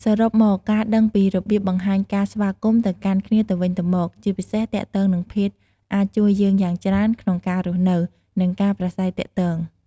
សរុបមក ការដឹងពីរបៀបបង្ហាញការស្វាគមន៍ទៅកាន់គ្នាទៅវិញទៅមក ជាពិសេសទាក់ទងនឹងភេទ អាចជួយយើងយ៉ាងច្រើនក្នុងការរស់នៅ និងការប្រាស្រ័យទាក់ទង។